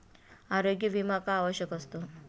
आरोग्य विमा का आवश्यक असतो?